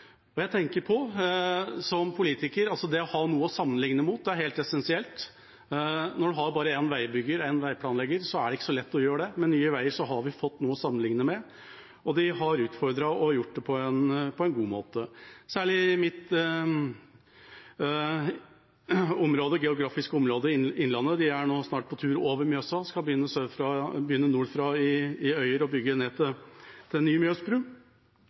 Jeg tenker som politiker at det å ha noe å sammenligne med er helt essensielt. Når en har bare én veibygger, én veiplanlegger, er det ikke så lett å gjøre det. Med Nye Veier har vi fått noe å sammenligne med, og de har utfordret og gjort det på en god måte. Særlig i mitt geografiske område, Innlandet, er de nå snart på tur over Mjøsa – skal begynne nordfra i Øyer og bygge ned til ny mjøsbru.